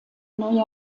neue